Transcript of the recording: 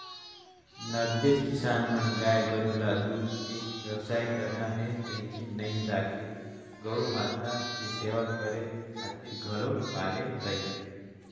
नगदेच किसान मन गाय गोरु ल दूद के बेवसाय करना हे कहिके नइ राखे गउ माता के सेवा करे खातिर घलोक पाले रहिथे